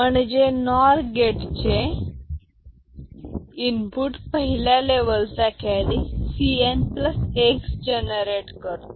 म्हणजे नॉर गेटचे इनपुट पहिल्या लेव्हलचा कॅरी Cn x जनरेट करतो